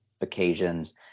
occasions